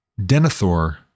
Denethor